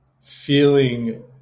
feeling